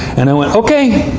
and i went, okay,